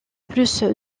plus